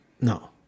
No